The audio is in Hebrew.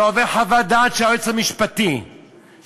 זה עובר חוות דעת של היועץ המשפטי לממשלה,